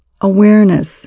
awareness